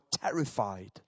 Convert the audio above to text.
terrified